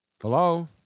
Hello